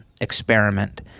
experiment